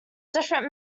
different